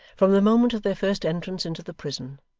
from the moment of their first entrance into the prison,